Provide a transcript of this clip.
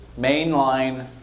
mainline